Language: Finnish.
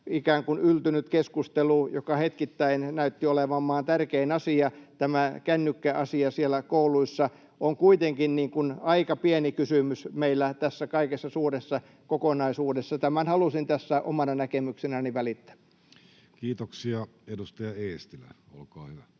ikään kuin yltynyt keskustelu — joka hetkittäin näytti olevan maan tärkein asia, tämä kännykkäasia siellä kouluissa — on kuitenkin aika pieni kysymys meillä tässä kaikessa suuressa kokonaisuudessa. Tämän halusin tässä omana näkemyksenäni välittää. Kiitoksia. — Edustaja Eestilä, olkaa hyvä.